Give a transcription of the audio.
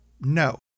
No